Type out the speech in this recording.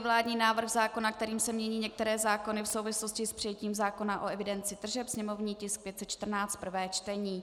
Vládní návrh zákona, kterým se mění některé zákony v souvislosti s přijetím zákona o evidenci tržeb /sněmovní tisk 514/ prvé čtení